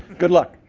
good luck.